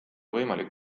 võimalik